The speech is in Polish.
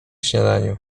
śniadaniu